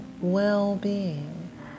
well-being